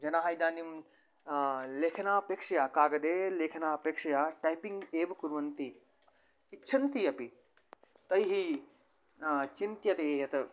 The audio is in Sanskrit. जनाः इदानीं लेखनापेक्षया कागदे लेखनापेक्षया टैपिङ्ग् एव कुर्वन्ति इच्छन्ति अपि तैः चिन्त्यते यत्